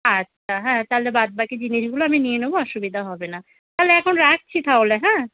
আচ্ছা হ্যাঁ তাহলে বাদ বাকি জিনিসগুলো আমি নিয়ে নেবো অসুবিধা হবে না তাহলে এখন রাখছি তাহলে হ্যাঁ